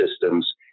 systems